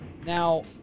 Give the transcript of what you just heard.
Now